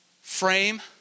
frame